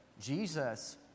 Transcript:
Jesus